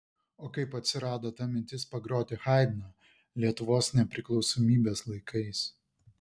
o kaip atsirado ta mintis pagroti haidną lietuvos nepriklausomybės laikais